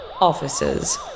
Officers